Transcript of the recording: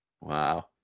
Wow